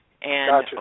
Gotcha